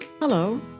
Hello